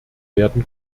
werden